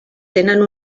tenen